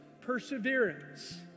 perseverance